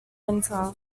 winter